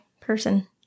person